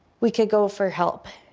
we could go for help.